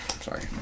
sorry